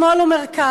שמאל או מרכז,